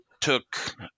took